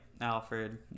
Alfred